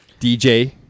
DJ